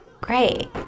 Great